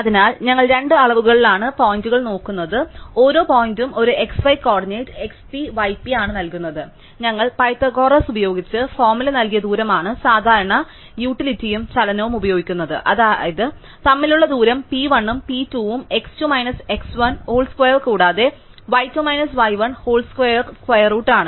അതിനാൽ ഞങ്ങൾ രണ്ട് അളവുകളിലാണ് പോയിന്റുകൾ നോക്കുന്നത് അതിനാൽ ഓരോ പോയിന്റും ഒരു xy കോർഡിനേറ്റ് xp yp ആണ് നൽകുന്നത് ഞങ്ങൾ പൈതഗോറസ് ഉപയോഗിച്ച ഫോർമുല നൽകിയ ദൂരമാണ് സാധാരണ യൂട്ടിലിറ്റിയും ചലനവും ഉപയോഗിക്കുന്നത് അതായത് തമ്മിലുള്ള ദൂരം p 1 ഉം p 2 ഉം x 2 minus x 1 whole square കൂടാതെ y 2 minus y 1 whole square square root ആണ്